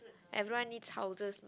everyone needs houses mah